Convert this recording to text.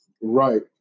right